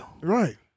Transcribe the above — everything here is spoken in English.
Right